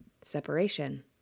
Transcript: Separation